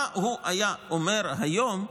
מה הוא היה אומר היום,